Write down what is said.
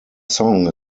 song